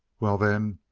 well, then,